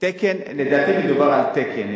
לדעתי מדובר על תקן,